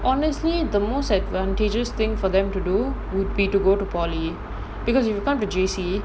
honestly the most advantageous thing for them to do would be to go to polytechnic because if you come to J_C